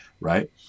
right